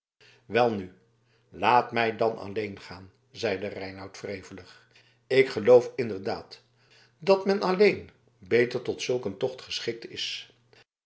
welnu laat mij dan alleen gaan zeide reinout wrevelig ik geloof inderdaad dat men alleen beter tot zulk een tocht geschikt is